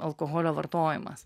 alkoholio vartojimas